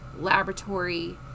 laboratory